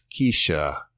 Keisha